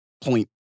point